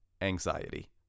anxiety